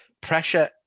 pressure